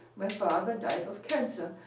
my father died of cancer,